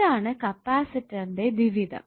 ഇതാണ് കപ്പാസിറ്റർന്റെ ദ്വിവിധം